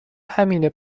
همینه